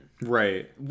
right